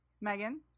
Megan